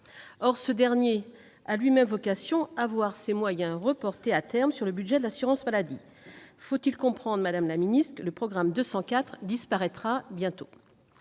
Or ce dernier a lui-même vocation à voir ses moyens reportés à terme sur le budget de l'assurance maladie. Faut-il comprendre, madame la secrétaire d'État, que le programme 204 disparaîtra bientôt